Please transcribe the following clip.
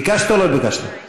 ביקשת או לא ביקשת?